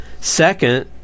Second